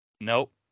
nope